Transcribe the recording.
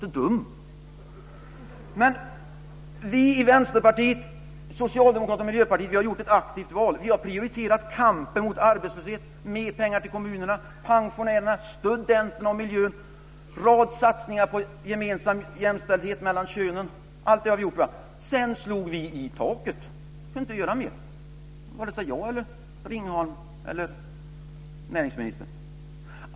Jag är inte dum! Vi i Vänsterpartiet, Socialdemokraterna och Miljöpartiet har gjort ett aktivt val. Vi har prioriterat kampen mot arbetslöshet. Vi har gett mer pengar till kommunerna, pensionärerna, studenterna och miljön. Vi har gjort en rad satsningar på jämställdhet mellan könen. Allt det har vi gjort. Sedan slog vi i taket och kunde inte göra mer, vare sig jag, Ringholm eller näringsministern.